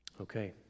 Okay